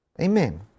Amen